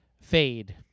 fade